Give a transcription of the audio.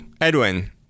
Edwin